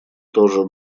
тоже